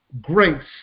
grace